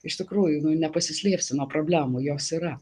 iš tikrųjų nu nepasislėpsi nuo problemų jos yra